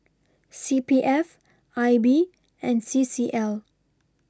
C P F I B and C C L